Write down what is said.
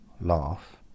Laugh